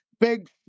big